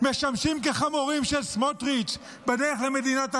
משמשים כחמורים של סמוטריץ' בדרך למדינת הלכה.